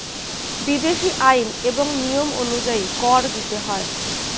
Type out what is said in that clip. বিদেশী আইন এবং নিয়ম অনুযায়ী কর দিতে হয়